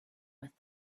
with